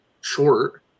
short